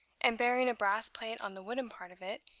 and bearing a brass plate on the wooden part of it,